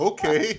Okay